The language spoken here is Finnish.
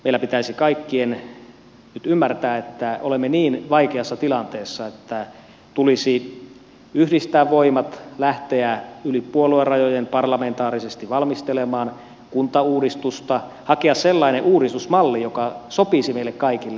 meillä pitäisi kaikkien nyt ymmärtää että olemme niin vaikeassa tilanteessa että tulisi yhdistää voimat lähteä yli puoluerajojen parlamentaarisesti valmistelemaan kuntauudistusta hakea sellainen uudistusmalli joka sopisi meille kaikille